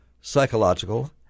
psychological